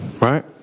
right